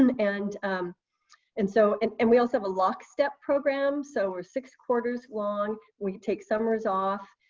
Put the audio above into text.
and and and so and and we also have a lockstep program, so we're six quarters long. we take summers off